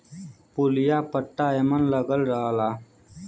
पुलिया पट्टा एमन लगल रहला